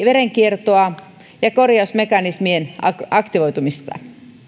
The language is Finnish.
verenkiertoa ja korjausmekanismien aktivoitumista